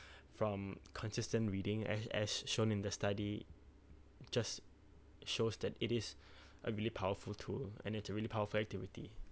from consistent reading as as shown in the study just shows that it is a really powerful tool and it's a really powerful activity